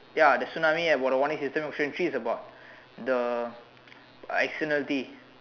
ya the tsunami about the warning system question three is about the externality